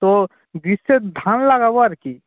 তো গ্রীষ্মের ধান লাগাব আর কি